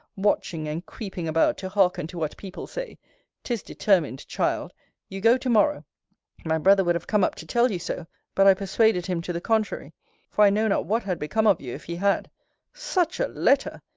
watching and creeping about to hearken to what people say tis determined, child you go to-morrow my brother would have come up to tell you so but i persuaded him to the contrary for i know not what had become of you, if he had such a letter!